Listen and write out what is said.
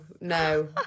no